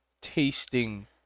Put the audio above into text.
tasting